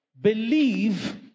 Believe